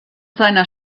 seiner